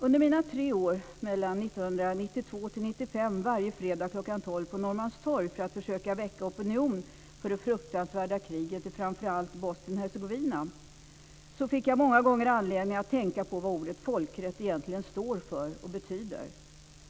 Under mina tre år på Norrmalmstorg - mellan 1992 och 1995 varje fredag kl 12 - för att försöka väcka opinion mot det fruktansvärda kriget i framför allt Bosnien-Hercegovina, fick jag många gånger anledning att tänka på vad ordet folkrätt egentligen står för och betyder.